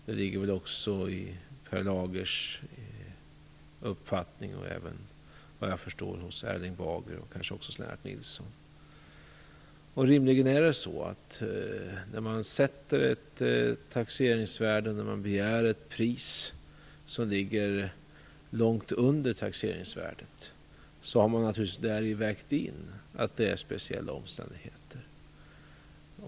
Det ligger väl också i Per Lagers, Erling Bagers och kanske också i Lennart Nilssons uppfattning. När man har ett taxeringsvärde och begär ett pris som ligger långt under taxeringsvärdet har man naturligtvis vägt in att speciella omständigheter råder.